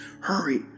hurry